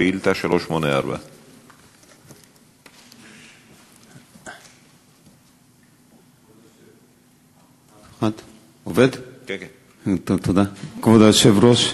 שאילתה 384. כבוד היושב-ראש,